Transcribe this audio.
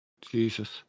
Jesus